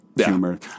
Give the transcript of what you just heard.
humor